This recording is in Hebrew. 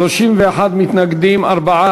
חינוך ממלכתי (תיקון,